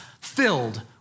filled